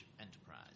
enterprise